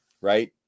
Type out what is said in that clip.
right